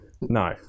No